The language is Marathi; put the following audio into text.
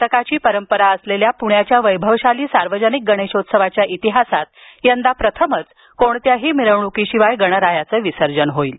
शतकाची परंपरा असलेल्या पुण्याच्या वैभवशाली सार्वजनिक गणेशोत्सवाच्या इतिहासात यंदा प्रथमच कोणत्याही मिरवणुकीशिवाय गणरायाचं विसर्जन होणार आहे